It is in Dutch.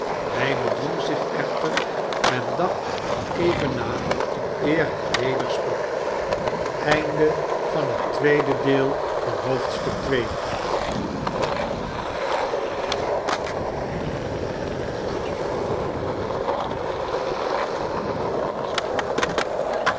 hy bedwong zich echter en dacht even na eer hy weder sprak